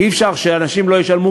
אי-אפשר שאנשים לא ישלמו,